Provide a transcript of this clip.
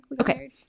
Okay